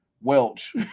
Welch